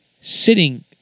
sitting